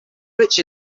rich